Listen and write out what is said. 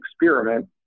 experiment